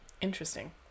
interesting